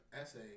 essay